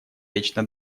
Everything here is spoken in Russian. вечно